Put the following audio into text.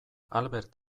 albert